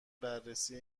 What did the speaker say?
بررسی